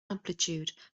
amplitude